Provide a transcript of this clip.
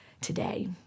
today